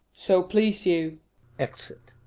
so please you exit.